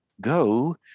go